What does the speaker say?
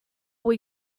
what